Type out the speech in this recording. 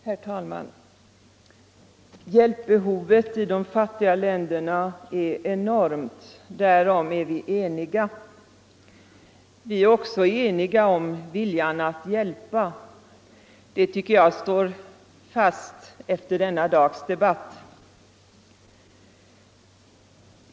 Herr talman! Hjälpbehovet i de fattiga länderna är enormt - därom är vi eniga. Vi är också eniga om viljan att hjälpa. Det tycker jag står fast efter denna dags debatt.